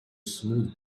smooth